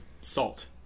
salt